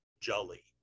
Jolly